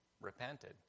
repented